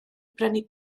brynu